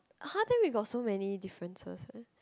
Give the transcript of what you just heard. !huh! then we got so many differences eh